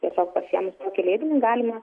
tiesiog pasiėmus tokį leidinį galima